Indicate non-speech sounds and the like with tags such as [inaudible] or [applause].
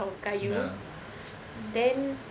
ya [noise]